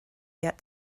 get